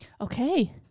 Okay